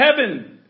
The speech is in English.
heaven